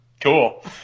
Cool